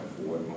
afford